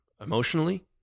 emotionally